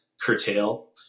curtail